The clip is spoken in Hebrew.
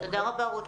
תודה רבה, רותי.